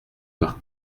par